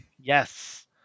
Yes